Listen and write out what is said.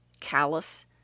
callous